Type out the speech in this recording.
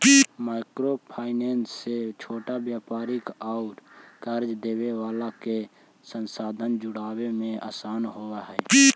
micro finance से छोटा व्यापारि औउर कर्ज लेवे वाला के संसाधन जुटावे में आसान होवऽ हई